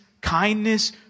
kindness